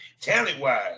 talent-wise